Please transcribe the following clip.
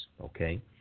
Okay